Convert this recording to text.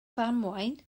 ddamwain